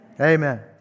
Amen